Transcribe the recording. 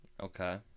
Okay